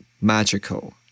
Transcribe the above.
magical